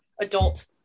adult